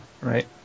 right